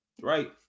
right